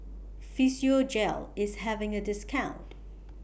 Physiogel IS having A discount